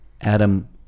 Adam